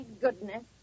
goodness